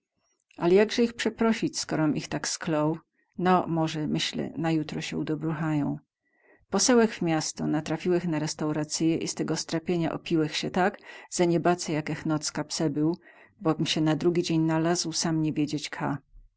ale jakze ich przeprosić skorom ich tak sklął no moze myślę na jutro sie udobruchają posełech w miasto natrafiłech na restouracyję i z tego strapienia opiłech sie tak ze nie bacę jakech noc ka przebył bo ch sie na drugi dzień nalazł sam nie wiedziałech